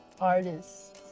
artists